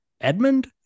Edmund